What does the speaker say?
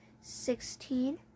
sixteen